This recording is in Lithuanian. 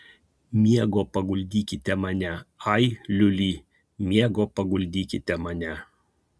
miego paguldykite mane ai liuli miego paguldykite mane